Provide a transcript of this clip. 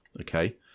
okay